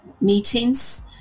meetings